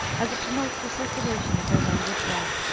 as it promotes the circulation of their languid blood.